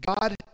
God